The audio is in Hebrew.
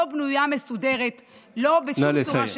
לא בנויה מסודר בשום צורה שהיא.